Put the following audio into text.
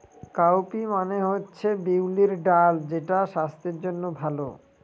cowpea মানে হচ্ছে বিউলির ডাল যেটা স্বাস্থ্যের জন্য ভালো